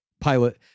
pilot